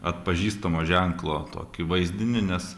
atpažįstamo ženklo tokį vaizdinį nes